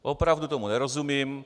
Opravdu tomu nerozumím.